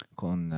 con